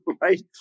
Right